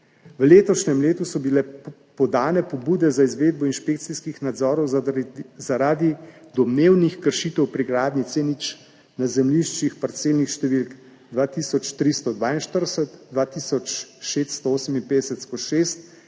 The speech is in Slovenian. V letošnjem letu so bile podane pobude za izvedbo inšpekcijskih nadzorov zaradi domnevnih kršitev pri gradnji C0 na zemljiščih parcelnih številk 2342, 2658/6,